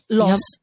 loss